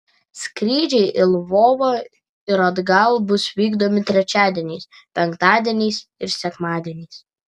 skrydžiai į lvovą ir atgal bus vykdomi trečiadieniais penktadieniais ir sekmadieniais